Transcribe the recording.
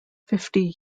fifty